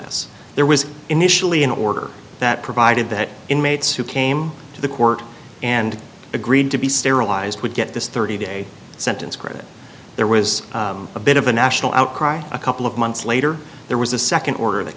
this there was initially an order that provided that inmates who came to the court and agreed to be sterilized would get this thirty day sentence credit there was a bit of a national outcry a couple of months later there was a second order that